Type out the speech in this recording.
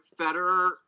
Federer